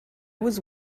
was